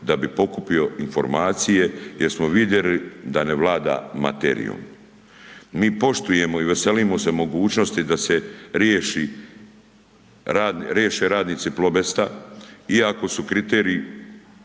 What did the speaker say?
da bi pokupio informacije jer smo vidjeli da ne vlada materijom. Mi poštujemo i veselimo se mogućnosti da se riješi, riješe radnici Plobesta iako su kriteriji,